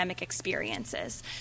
experiences